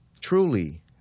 truly